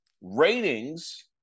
ratings